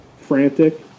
frantic